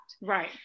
Right